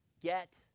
get